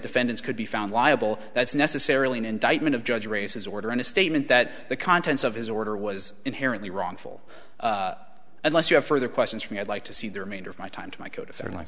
defendants could be found liable that's necessarily an indictment of judge races order and a statement that the contents of his order was inherently wrongful unless you have further questions for me i'd like to see the remainder of my time to my c